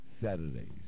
Saturdays